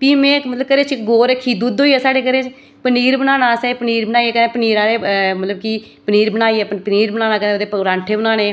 फ्ही में घरै च गौ रक्खी दुद्ध होई गेआ साढ़े घरै च पनीर बनाना असें पनीर बनाइयै कदें पनीर आह्ले मतलब कि पनीर बनाइयै पनीर बनाना कदें ओह्दे परांठे बनाने